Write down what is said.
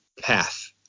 path